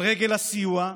על רגל הסיוע,